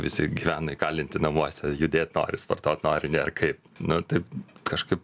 visi gyvena įkalinti namuose judėt nori sportuot nori nėr kaip na taip kažkaip